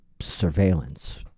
surveillance